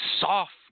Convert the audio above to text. soft